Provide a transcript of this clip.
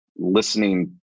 Listening